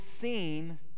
seen